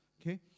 Okay